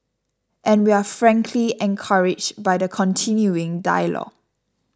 and we're frankly encouraged by the continuing dialogue